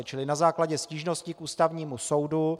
Čili na základě stížnosti k Ústavnímu soudu